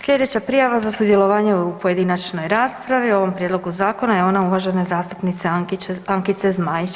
Slijedeća prijava za sudjelovanje u pojedinačnoj raspravi o ovom prijedlogu zakona je ona uvažene zastupnice Ankice Zmajić.